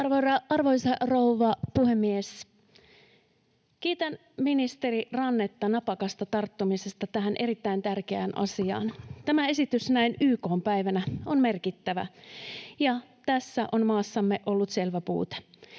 Arvoisa rouva puhemies! Kiitän ministeri Rannetta napakasta tarttumisesta tähän erittäin tärkeään asiaan. Tämä esitys näin YK:n päivänä on merkittävä, ja tässä on maassamme ollut selvä puute.